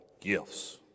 gifts